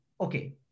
okay